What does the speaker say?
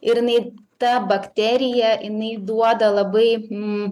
ir jinai ta bakterija jinai duoda labai